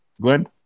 Glenn